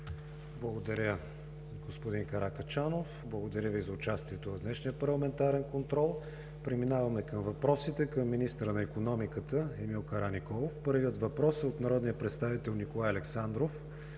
Благодаря, господин Каракачанов. Благодаря Ви за участието в днешния парламентарен контрол. Преминаваме на въпросите към министъра на икономиката – Емил Караниколов. Първият въпрос е от народния представител Николай Александров